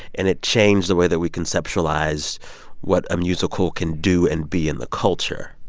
and it changed the way that we conceptualize what a musical can do and be in the culture,